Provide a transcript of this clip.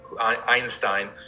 Einstein